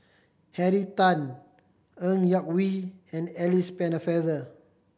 Henry Tan Ng Yak Whee and Alice Pennefather